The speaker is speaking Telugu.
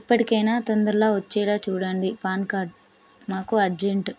ఇప్పటికైనా తొందరగా వచ్చేలా చూడండి పాన్ కార్డ్ మాకు అర్జెంటు